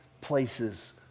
places